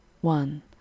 one